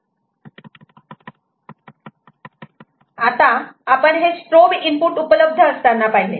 आता आपण हे स्ट्रोब इनपुट उपलब्ध असताना पाहिले